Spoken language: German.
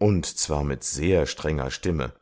und zwar mit sehr strenger stimme